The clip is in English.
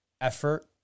effort